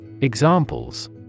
Examples